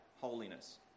holiness